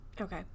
okay